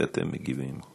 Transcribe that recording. ואתם מגיבים.